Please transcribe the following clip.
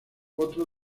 otro